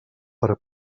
per